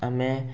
ଆମେ